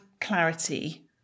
clarity